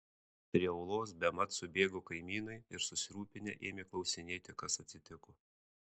prie olos bemat subėgo kaimynai ir susirūpinę ėmė klausinėti kas atsitiko